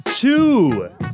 two